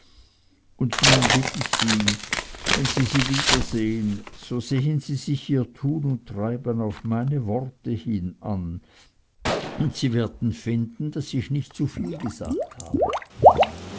und nun bitt ich sie wenn sie sie wiedersehen so sehen sie sich ihr tun und treiben auf meine worte hin an und sie werden finden daß ich nicht zuviel gesagt habe